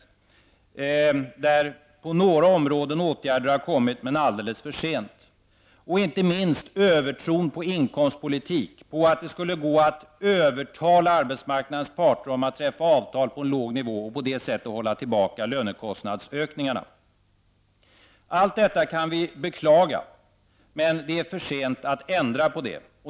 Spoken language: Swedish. På några områden har åtgärder vidtagits, men alldeles för sent. Inte minst har regeringen haft en övertro på inkomstpolitik, att det skulle gå att övertala arbetsmarknadens parter att träffa avtal på en låg nivå och på det sättet hålla tillbaka lönekostnadsökningarna. Allt detta kan vi beklaga, men det är för sent att ändra på det.